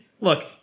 look